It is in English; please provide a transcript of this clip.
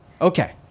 Okay